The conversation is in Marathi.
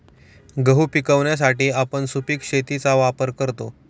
गहू पिकवण्यासाठी आपण सुपीक शेतीचा वापर करतो